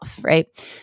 right